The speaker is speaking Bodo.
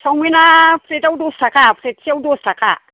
सावमिन आ प्लेट आव दस थाखा प्लेट सेयाव दस थाखा